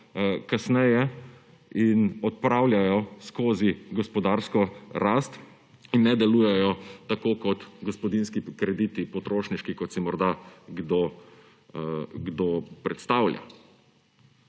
kasneje in odpravljajo skozi gospodarsko rast in ne delujejo tako kot gospodinjski, potrošniški krediti, kot si morda kdo predstavlja.